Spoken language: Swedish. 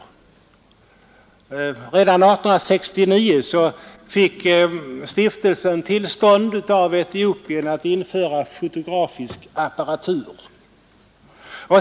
Redan 1869 fick stiftelsen tillstånd av Etiopien att införa ”fotografisk apparatur”.